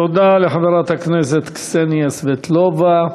תודה לחברת הכנסת קסניה סבטלובה.